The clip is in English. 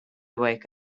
wake